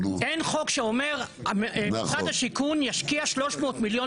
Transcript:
אין חוק שאומר משרד השיכון ישקיע 300 מיליון